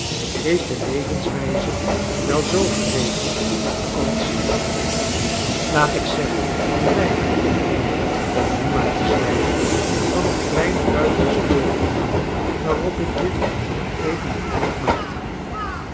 is je levens wijze wel zoo geregeld als laat ik zeggen de mijne om nu maar te zwijgen van de kleine buitensporigheid waarop ik je zoo even attent maakte